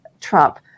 Trump